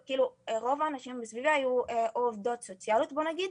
רוב הנשים סביבי היו או עובדות סוציאליות בוא נגיד,